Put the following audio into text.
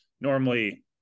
normally